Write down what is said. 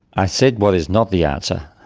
i said what is not the answer.